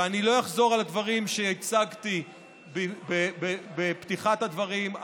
ואני לא אחזור על הדברים שהצגתי בפתיחת הדברים,